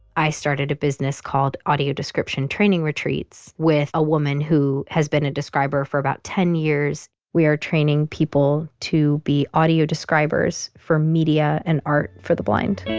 i started a business called audio description training retreats with a woman who has been a describer for about ten years. we are training people to be audio describers for media and art for the blind.